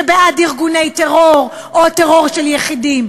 שבעד ארגוני טרור או טרור של יחידים.